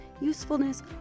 usefulness